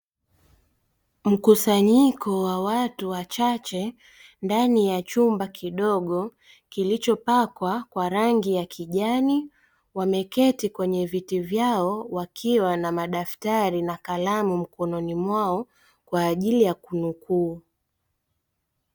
Mkusanyiko wa watu wachache ndani ya chumba kidogo kilichopakwa kwa rangi ya kijani, wameketi kwenye viti vyao wakiwa na madaftari na kalamu mikononi mwao kwa ajili ya kumbukumbu.